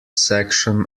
section